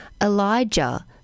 Elijah